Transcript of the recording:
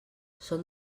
són